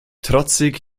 trotzig